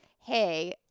hey